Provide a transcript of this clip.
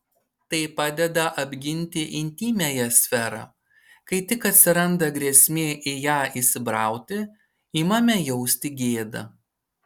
tai padeda apginti intymiąją sferą kai tik atsiranda grėsmė į ją įsibrauti imame jausti gėdą